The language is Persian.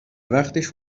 وقتش